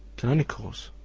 canonicals,